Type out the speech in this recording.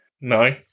No